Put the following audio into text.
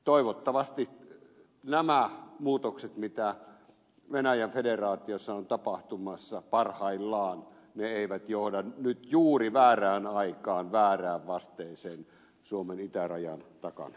toivottavasti nämä muutokset joita venäjän federaatiossa on tapahtumassa parhaillaan eivät johda nyt juuri väärään aikaan väärään vasteeseen suomen itärajan takana